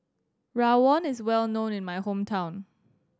rawon is well known in my hometown